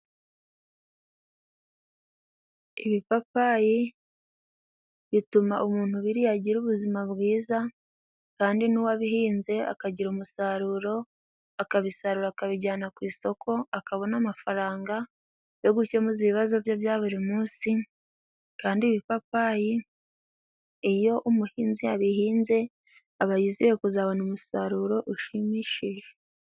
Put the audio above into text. Ibipapayi bituma umuntu ubiriye agira ubuzima bwiza, kandi n'uwabihinze akagira umusaruro, akabisarura akabijyana ku isoko akabona amafaranga yo gukemura ibibazo bye bya buri munsi, kandi ibipapayi iyo umuhinzi abihinze aba yizeye kuzabona umusaruro ushimishije.